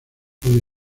puede